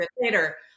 later